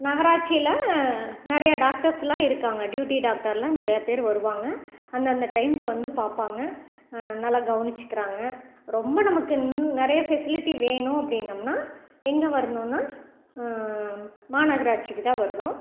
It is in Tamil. நகராட்சியில் நிறையா டாக்டர்ஸெலாம் இருக்காங்க ட்யூட்டி டாக்டரெலாம் நிறையா பேர் வருவாங்க அந்தந்த டைமுக்கு வந்து பார்ப்பாங்க நல்லா கவனிச்சுக்கிறாங்க ரொம்ப நமக்கு நிறைய ஃபெசிலிட்டி வேணும் அப்படின்னம்னா எங்கே வரணுன்னால் மாநகராட்சிக்கு தான் வரணும்